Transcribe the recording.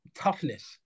toughness